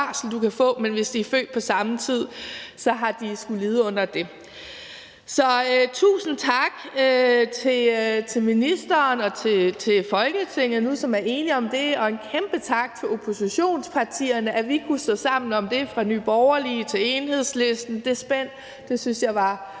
du kan få. Men hvis de er født på samme tid, har de skullet lide under det. Så tusind tak til ministeren og til Folketinget, som nu er enige om det, og en kæmpe tak til oppositionspartierne for, at vi kunne stå sammen om det fra Nye Borgerlige til Enhedslisten – det spænd synes jeg var